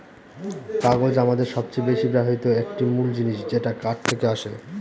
কাগজ আমাদের সবচেয়ে বেশি ব্যবহৃত একটি মূল জিনিস যেটা কাঠ থেকে আসে